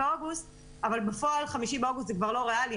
באוגוסט אבל בפועל 5 באוגוסט זה כבר לא ריאלי,